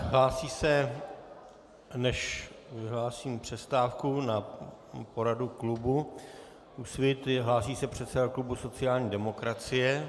Hlásí se, než vyhlásím přestávku na poradu klubu Úsvit, předseda klubu sociální demokracie.